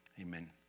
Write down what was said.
amen